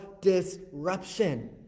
disruption